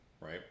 right